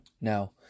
Now